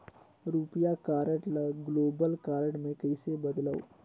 रुपिया कारड ल global card मे कइसे बदलव?